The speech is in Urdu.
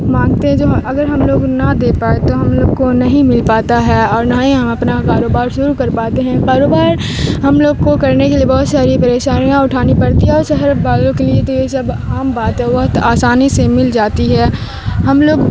مانگتے ہیں جو اگر ہم لوگ نہ دے پائے تو ہم لوگ کو نہیں مل پاتا ہے اور نہ ہی ہم اپنا کاروبار شروع کر پاتے ہیں کاروبار ہم لوگ کو کرنے کے لیے بہت ساری پریشانیاں اٹھانی پڑتی ہے اور شہر والوں کے لیے تو یہ سب عام بات ہے بہت آسانی سے مل جاتی ہے ہم لوگ